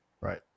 Right